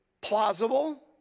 plausible